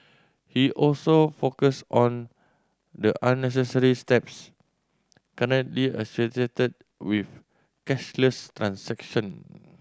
he also focused on the unnecessary steps currently associated with cashless transaction